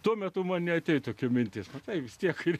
tuo metu man neatėjo tokia mintis kad tai vis tiek